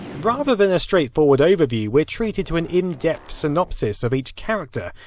rather than a straight forward overview, we're treated to an in depth synopsis of each character,